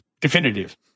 definitive